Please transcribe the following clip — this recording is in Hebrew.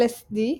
LSD,